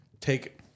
take